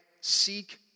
seek